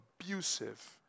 abusive